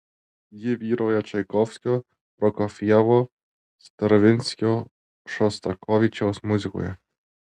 ji vyrauja čaikovskio prokofjevo stravinskio šostakovičiaus muzikoje